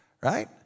right